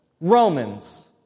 Romans